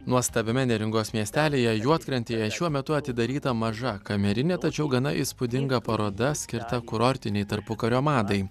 nuostabiame neringos miestelyje juodkrantėje šiuo metu atidaryta maža kamerinė tačiau gana įspūdinga paroda skirta kurortinei tarpukario madai